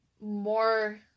more